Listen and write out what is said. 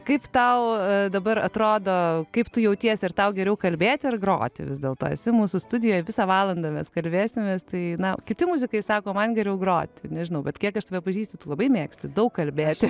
kaip tau dabar atrodo kaip tu jautiesi ar tau geriau kalbėti ar groti vis dėlto esi mūsų studijoj visą valandą mes kalbėsimės tai na kiti muzikai sako man geriau groti nežinau bet kiek aš tave pažįstu tu labai mėgsti daug kalbėti